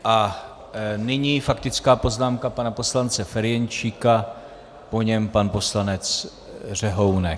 A nyní faktická poznámka pana poslance Ferjenčíka, po něm pan poslanec Řehounek.